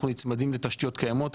אנחנו נצמדים לתשתיות קיימות,